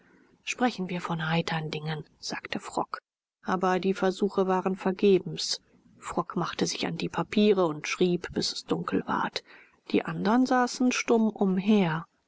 sprechen wir von heitern dingen sagte frock aber die versuche waren vergebens frock machte sich an die papiere und schrieb bis es dunkel ward die andern saßen stumm umher